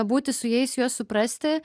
būti su jais juos suprasti